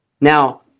Now